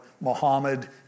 Muhammad